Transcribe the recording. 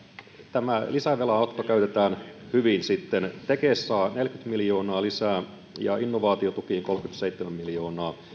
tämä lisävelanotto käytetään hyvin tekes saa neljäkymmentä miljoonaa lisää ja innovaatiotukiin menee kolmekymmentäseitsemän miljoonaa